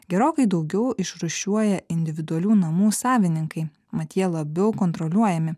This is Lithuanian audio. gerokai daugiau išrūšiuoja individualių namų savininkai mat jie labiau kontroliuojami